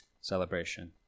celebration